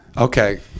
Okay